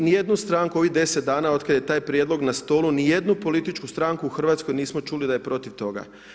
Niti jednu stranku ovih 10 dana od kada je taj prijedlog na stoli ni jednu političku stranku u Hrvatskoj nismo čuli da je protiv toga.